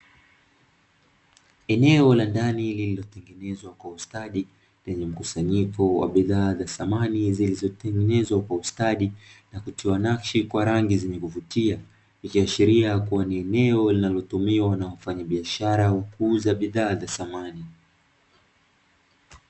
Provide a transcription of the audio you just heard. Eneo la ndani lililotengenezwa kwa ustadi lenye mkusanyiko wa bidhaa za samani zilizotengenezwa kwa ustadi na kutiwa nakshi kwa rangi zenye kuvutia, ikiashiria kuwa ni eneo linalotumiwa na wafanyabiashara wa kuuza bidhaa za samani.